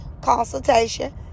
consultation